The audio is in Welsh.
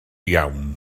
iawn